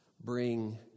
bring